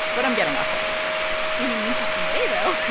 but i'm getting off topic here in an interesting way, though.